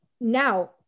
Now